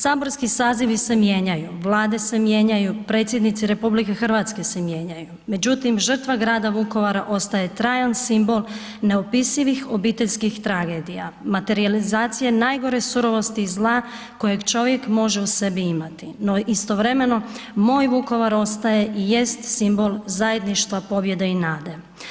Saborski sazivi se mijenjaju, Vlade se mijenjaju, predsjednici RH se mijenjaju, međutim, žrtva grada Vukovara ostaje trajan simbol neopisivih obiteljskih tragedija, materijalizacija najgore surovosti zla kojeg čovjek može u sebi imati, no istovremeno, moj Vukovar ostaje i jest simbol zajedništva, pobjede i nade.